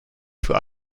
für